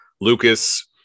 Lucas